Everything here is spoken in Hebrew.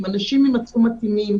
אם אנשים יימצאו מתאימים,